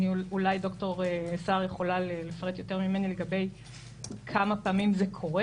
אולי ד"ר סהר יכולה לפרט יותר ממני לגבי כמה פעמים זה קורה.